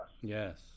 Yes